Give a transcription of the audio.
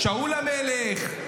שאול המלך?